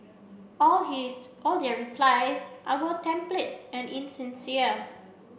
all his all their replies are were templates and insincere